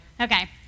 Okay